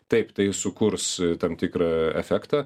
taip tai sukurs tam tikrą efektą